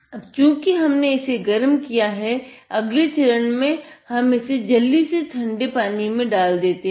अब चूंकि हमने इसे गर्म किया है अगले चरण में हम इसे जल्दी से पानी में डाल देते हैं